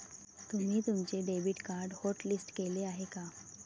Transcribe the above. तुम्ही तुमचे debit card hotlist केले आहे का?